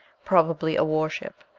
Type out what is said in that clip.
probably a war-ship.